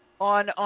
on